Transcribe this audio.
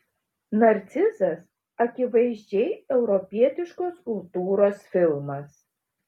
narcizas akivaizdžiai europietiškos kultūros filmas